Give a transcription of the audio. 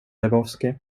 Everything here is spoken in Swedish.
lebowski